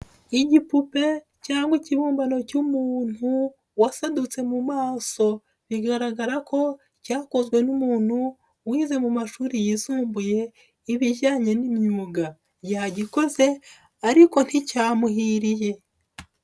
Igipupe cyangwa ikibumbano cy'umuntu wasadutse mu maso bigaragara ko cyakozwe n'umuntu wize mu mashuri yisumbuye ibijyanye n'imyuga yagikoze ariko nticyamuhiriye.